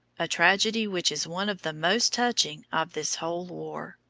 a tragedy which is one of the most touching of this whole war.